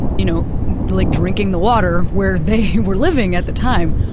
you know like, drinking the water where they were living at the time,